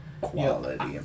Quality